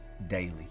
daily